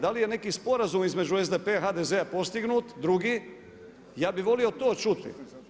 Da li je neki sporazum između SDP-a, HDZ-a postignut, drugi, ja bi volio to čuti.